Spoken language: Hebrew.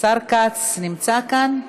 השר כץ נמצא כאן?